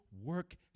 work